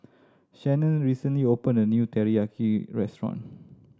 Shannen recently opened a new Teriyaki Restaurant